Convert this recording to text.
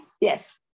Yes